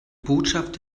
botschaft